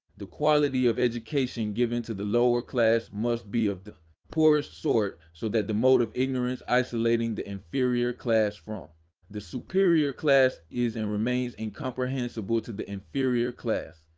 the quality of education given to the lower class must be of the poorest sort, so that the moat of ignorance isolating the inferior class from the superior class is and remains incomprehensible to the inferior class.